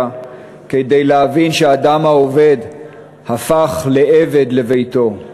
כדי להבין שהאדם העובד הפך לעבד לביתו.